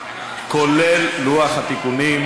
אז אל תבקר אותי,